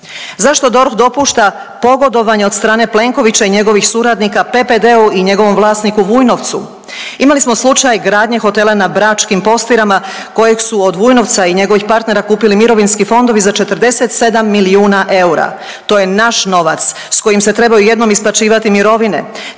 Zašto DORH dopušta pogodovanje od strane Plenkovića i njegovih suradnika PPD-u i njegovom vlasniku Vujnovcu? Imali smo slučaj gradnje hotela na bračkim Postirama kojeg su od Vujnovca i njegovih partnera kupili mirovinski fondovi za 47 milijuna eura. To je naš novac s kojim se trebaju jednom isplaćivati mirovine.